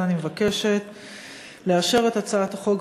או אדם מעוניין לבקש מנשיא בית-הדין הצבאי לערעורים,